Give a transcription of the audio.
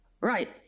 Right